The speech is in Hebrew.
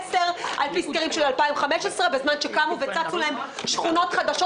מ-2010 על פי סקרים של 2015 בזמן שקמו וצצו להן שכונות חדשות,